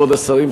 כבוד השרים,